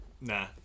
Nah